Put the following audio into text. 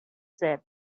said